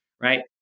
right